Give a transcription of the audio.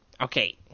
Okay